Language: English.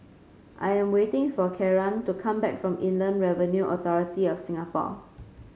I am waiting for Kieran to come back from Inland Revenue Authority of Singapore